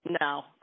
no